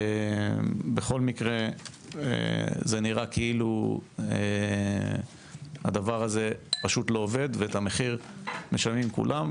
בכל מקרה זה נראה כאילו הדבר הזה פשוט לא עובד ואת המחיר משלמים כולם,